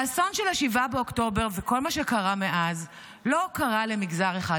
האסון של 7 באוקטובר וכל מה שקרה מאז לא קרה למגזר אחד,